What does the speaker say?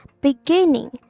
beginning